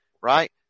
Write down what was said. right